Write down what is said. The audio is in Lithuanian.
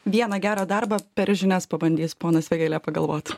vieną gerą darbą per žinias pabandys ponas vėgėlė pagalvot